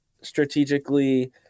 strategically